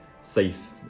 safe